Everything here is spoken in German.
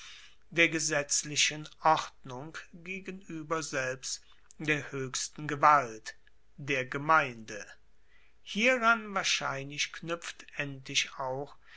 der gesetzlichen ordnung gegenueber selbst der hoechsten gewalt der gemeinde hieran wahrscheinlich knuepft endlich auch